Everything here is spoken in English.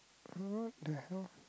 what the hell